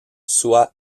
soit